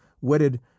wedded